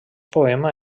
poema